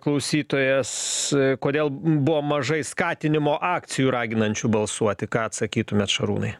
klausytojas kodėl buvo mažai skatinimo akcijų raginančių balsuoti ką atsakytumėt šarūnai